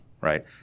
right